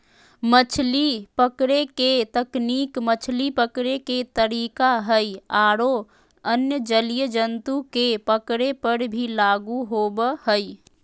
मछली पकड़े के तकनीक मछली पकड़े के तरीका हई आरो अन्य जलीय जंतु के पकड़े पर भी लागू होवअ हई